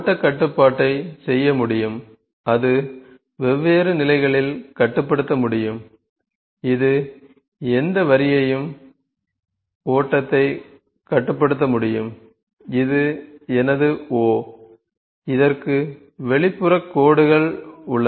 எனவே ஓட்டக் கட்டுப்பாட்டைச் செய்ய முடியும் அது வெவ்வேறு நிலைகளில் கட்டுப்படுத்த முடியும் இது எந்த வரியையும் ஓட்டத்தை கட்டுப்படுத்த முடியும் இது எனது 'O' இதற்கு வெளிப்புற கோடுகள் உள்ளன